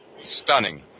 stunning